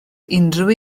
unrhyw